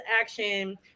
action